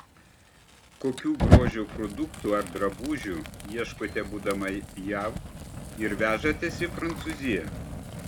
kokių grožio produktų ar drabužių ieškote būdama jav ir vežatės į prancūziją